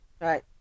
right